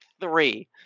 three